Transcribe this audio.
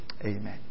Amen